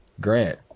Grant